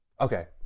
okay